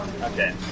Okay